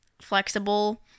flexible